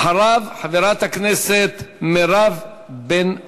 אחריו, חברת הכנסת מירב בן ארי.